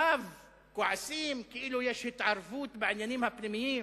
עכשיו כועסים כאילו יש התערבות בעניינים הפנימיים.